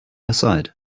aside